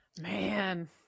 Man